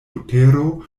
butero